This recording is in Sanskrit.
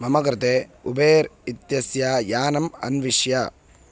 मम कृते उबेर् इत्यस्य यानम् अन्विष्य